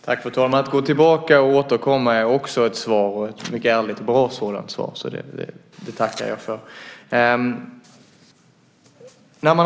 Fru talman! Att man ska gå tillbaka och återkomma är också ett svar, och ett mycket ärligt och bra sådant. Det tackar jag för.